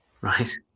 Right